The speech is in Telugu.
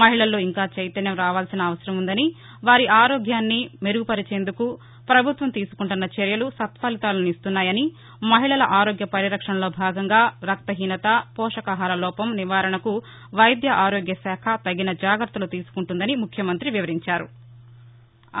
మహిళల్లో ఇంకా చైతన్యం రావాల్సిన అవసరం ఉందని వారి ఆరోగ్యాన్ని మెరుగుపరచడానికి ప్రభుత్వం తీసుకుంటున్న చర్యలు సత్పలితాలనిస్తున్నాయని మహిళల ఆరోగ్య పరిరక్షణలో భాగంగా రక్తహీసత పోషకాహార లోపం నివారణకు వైద్య ఆరోగ్య శాఖ తగిన జాగ్రత్తలు తీసుకుంటోందని ముఖ్యమంత్రి వివరించారు